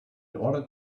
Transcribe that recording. order